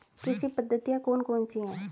कृषि पद्धतियाँ कौन कौन सी हैं?